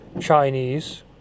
Chinese